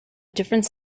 different